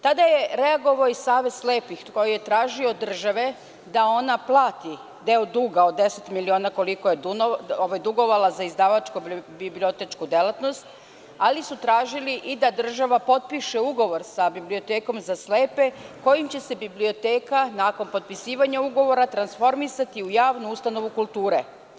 Tada je reagovao i Savez slepih koji je tražio od države da ona plati deo duga od 10 miliona, koliko je dugovala za izdavačko bibliotečku delatnost, ali su tražili i da država potpiše ugovor sa Bibliotekom za slepe kojim će se biblioteka nakon potpisivanja ugovora transformisati u javnu ustanovu kulture.